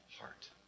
heart